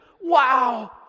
wow